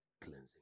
cleansing